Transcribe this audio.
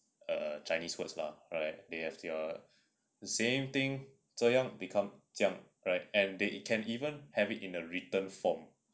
err chinese words lah right they have they have the same thing 这样 become 将 right and they can even have it in a written form